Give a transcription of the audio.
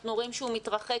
אנחנו רואים שהוא מתרחק.